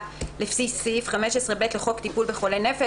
לפי סעיף 15(ב) לחוק טיפול בחולי נפש,